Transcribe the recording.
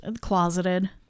closeted